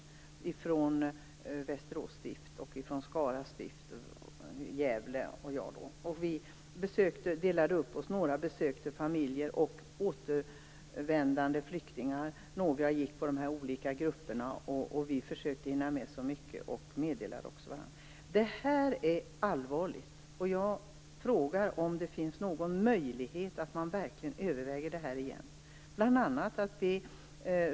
Det var människor från Västerås stift, Skara stift, Gävle och så jag. Vi delade upp oss. Några besökte familjer och återvändande flyktingar, några besökte de olika grupperna, och vi försökte hinna med så mycket som möjligt. Det här är allvarligt. Jag frågar om det inte finns någon möjlighet att verkligen överväga det här igen.